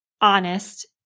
honest